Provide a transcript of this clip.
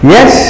Yes